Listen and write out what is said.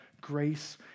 grace